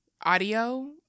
audio